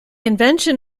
invention